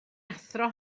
athro